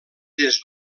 des